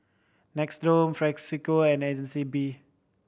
Nixoderm Frisolac and Agnes B